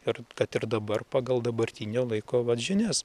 ir kad ir dabar pagal dabartinio laiko vat žinias